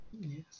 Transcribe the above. Yes